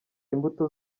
imbuto